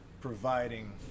providing